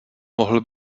mohl